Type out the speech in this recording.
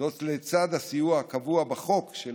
לצד הסיוע הקבוע בחוק של